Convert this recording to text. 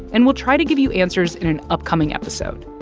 and we'll try to give you answers in an upcoming episode.